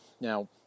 Now